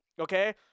Okay